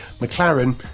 McLaren